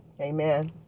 amen